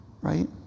Right